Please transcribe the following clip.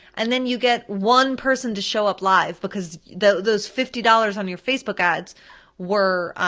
and then you get one person to show up live, because those fifty dollars on your facebook ads were,